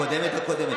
הקודמת הקודמת,